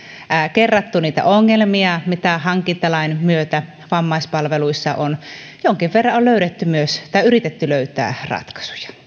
kerranneet niitä ongelmia mitä hankintalain myötä vammaispalveluissa on jonkin verran on myös yritetty löytää ratkaisuja